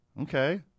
Okay